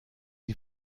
die